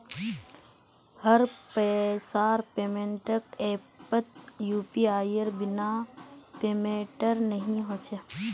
हर पैसार पेमेंटक ऐपत यूपीआईर बिना पेमेंटेर नइ ह छेक